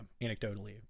anecdotally